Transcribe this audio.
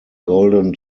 golden